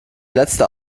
letzte